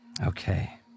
Okay